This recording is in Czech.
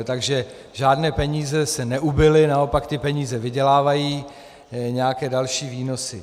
Takže žádné peníze neubyly, naopak ty peníze vydělávají nějaké další výnosy.